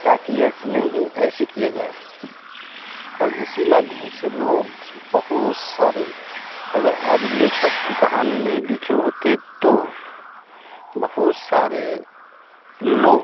ताकि ऐसे नहीं ऐसे किया जाए और उसी माध्यम से लोग उस बहुत सारे अगर आज लेखक की कहानी नहीं लिखे होते तो बहुत सारे लोग